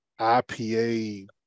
ipa